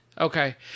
Okay